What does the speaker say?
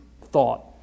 thought